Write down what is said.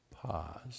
Pause